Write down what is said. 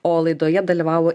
o laidoje dalyvavo